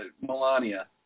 Melania